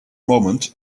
moment